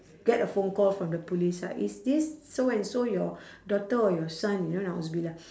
get a phone call from the police ah is this so and so your daughter or your son you know I was be like